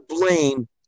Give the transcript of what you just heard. blame